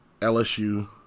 LSU